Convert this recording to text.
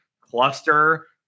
cluster